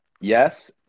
Yes